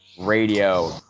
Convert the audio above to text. Radio